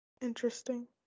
Interesting